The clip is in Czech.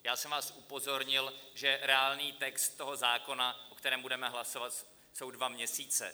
Já jsem vás upozornil, že reálný text toho zákona, o kterém budeme hlasovat, jsou dva měsíce.